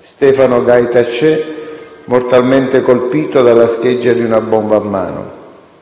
Stefano Gaj Taché, mortalmente colpito dalla scheggia di una bomba a mano.